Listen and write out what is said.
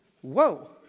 whoa